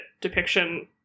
depiction